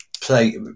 play